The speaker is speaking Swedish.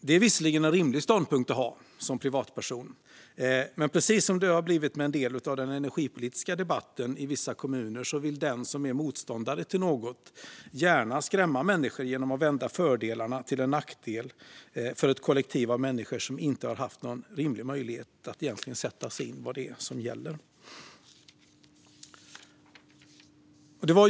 Det är visserligen en rimlig ståndpunkt att ha som privatperson, men precis som det har blivit med en del av den energipolitiska debatten i vissa kommuner vill den som är motståndare till något gärna skrämma människor genom att vända fördelarna till en nackdel för ett kollektiv av människor som inte har haft någon rimlig möjlighet att sätta sig in i vad som gäller. Fru talman!